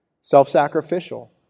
self-sacrificial